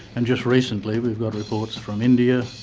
and just recently we've got reports from india,